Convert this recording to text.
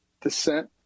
descent